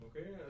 Okay